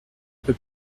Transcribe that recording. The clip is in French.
peut